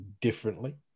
differently